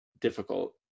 difficult